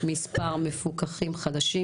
מספר מפוקחים חדשים